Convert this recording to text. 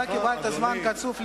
אתה קיבלת זמן קצוב לדיון,